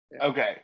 Okay